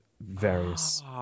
various